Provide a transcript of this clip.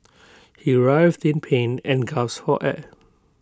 he writhed in pain and gasped for air